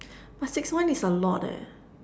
but six months is a lot leh